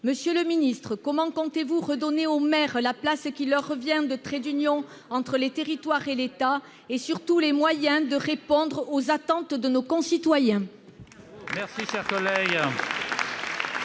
Monsieur le ministre, comment comptez-vous redonner aux maires la place qui leur revient de trait d'union entre les territoires et l'État et, surtout, les moyens de répondre aux attentes de nos concitoyens ?